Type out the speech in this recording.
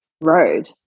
road